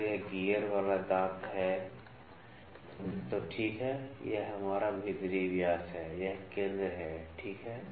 अगर यह गियर वाला दांत है तो ठीक है यह हमारा भीतरी व्यास है यह केंद्र है ठीक है